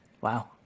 Wow